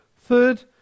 Third